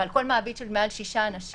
אבל כל מעביד של מעל שישה אנשים